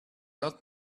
not